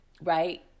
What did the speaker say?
Right